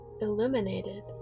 Illuminated